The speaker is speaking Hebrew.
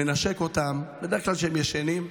מנשק אותם, בדרך כלל כשהם ישנים,